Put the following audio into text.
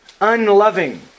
unloving